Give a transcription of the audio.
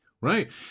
right